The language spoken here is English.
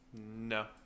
No